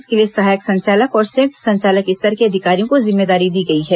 इसके लिए सहायक संचालक और संयुक्त संचालक स्तर के अधिकारियों को जिम्मेदारी दी गई है